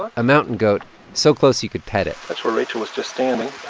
ah a mountain goat so close you could pet it that's where rachel was just standing